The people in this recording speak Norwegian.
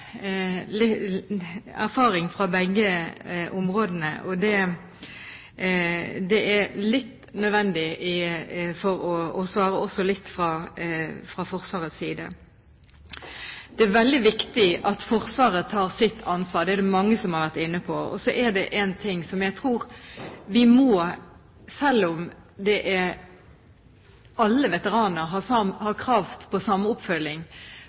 erfaring fra begge områdene, og det er litt nødvendig å svare også fra Forsvarets side. Det er veldig viktig at Forsvaret tar sitt ansvar, det er det mange som har vært inne på. Og så er det én ting: Selv om alle veteraner har krav på samme oppfølging, tror jeg man har en mye bedre oversikt over og dokumentasjon på